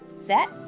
set